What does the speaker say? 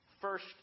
first